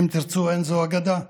אמר, אם תרצו, אין זו אגדה.